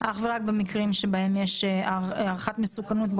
אך ורק במקרים שבהם יש הערכת מסוכנות.